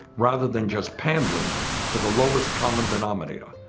rather than just pandering to the lowest common denominator.